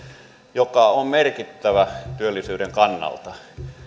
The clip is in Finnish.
joka on merkittävä työllisyyden kannalta